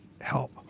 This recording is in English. help